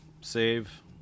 save